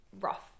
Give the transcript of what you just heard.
rough